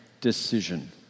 decision